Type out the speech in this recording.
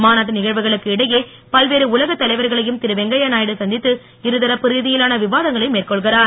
மாநாட்டு நிகழ்வுகளுக்கு இடையே பல்வேறு உலகத் தலைவர்களையும் திரு வெங்கையநாயுடு சந்தித்து இருதரப்பு ரீதியிலான விவாதங்களை மேற்கொள்கிறார்